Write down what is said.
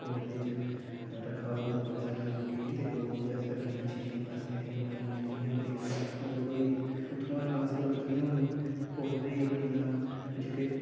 poultry च रक्खा दा होंदा बड़े सारे मुर्गें गी ते ओह् उंदे आस्तै बड़ियां अच्छियां अच्छियां फैसिलिटिया बना दियां ते जियां कोई अगर कोई उत्थुआं ट्रान्सपोर्ट करने होन पोलट्री अपनी दा जेह्के